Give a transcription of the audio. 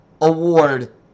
award